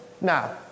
Now